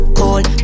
cold